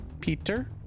Peter